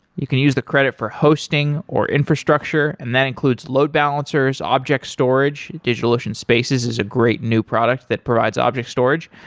you can use the credit for hosting, or infrastructure, and that includes load balancers, object storage. digitalocean spaces is a great new product that provides object storage,